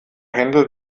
händel